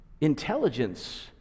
Intelligence